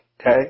okay